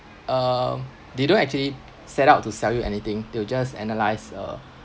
um they don't actually set out to sell you anything they will just analyse uh